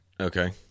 okay